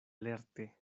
lerte